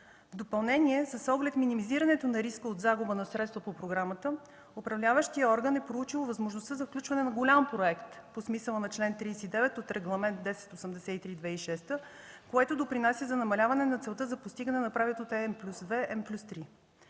В допълнение с оглед минимизирането на риска от загуба на средства по програмата, управляващият орган е проучил възможността за включване на голям проект по смисъла на чл. 39 от Регламент 1083/2006 г., което допринася за намаляване на целта за постигане на правилото N+2/N+3.